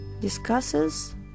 discusses